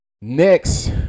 Next